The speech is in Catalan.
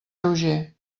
lleuger